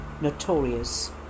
Notorious